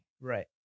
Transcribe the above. Right